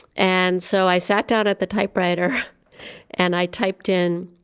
and so i sat down at the typewriter and i typed in,